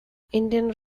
indian